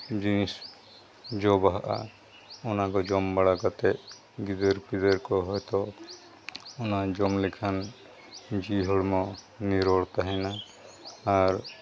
ᱡᱤᱱᱤᱥ ᱡᱚ ᱵᱟᱦᱟᱜᱼᱟ ᱚᱱᱟ ᱠᱚ ᱡᱚᱢ ᱵᱟᱲᱟ ᱠᱟᱛᱮᱫ ᱜᱤᱫᱟᱹᱨ ᱯᱤᱫᱟᱹᱨ ᱠᱚ ᱦᱚᱭᱛᱳ ᱚᱱᱟ ᱡᱚᱢ ᱞᱮᱠᱷᱟᱱ ᱡᱤᱣᱤ ᱦᱚᱲᱢᱚ ᱱᱤᱨᱳᱲ ᱛᱟᱦᱮᱱᱟ ᱟᱨ